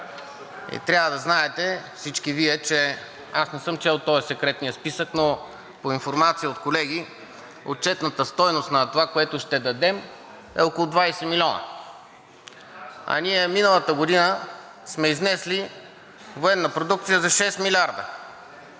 И трябва да знаете всички Вие, че аз не съм чел този, секретния списък, но по информация от колеги отчетната стойност на това, което ще дадем, е около 20 милиона, а ние миналата година сме изнесли военна продукция за 6 милиарда.